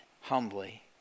humbly